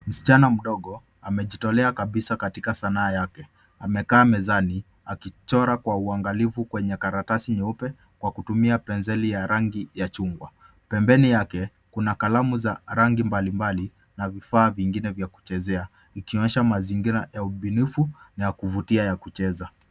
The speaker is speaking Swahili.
Msichana mdogo amejitolea kabisa katika sanaa yake amekaa mezani akichora kwa uangalifu kwenye karatasi nyeupe kwa kutumia penseli ya rangi ya chungwa . Pembeni yake kuna kalamu za rangi ya mbalimbali na vifaa vingine kuchezea ikionyesha mazingira ya ubunifu na ya kuvutia ya kucheza.